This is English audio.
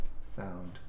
sound